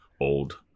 old